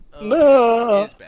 No